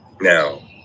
now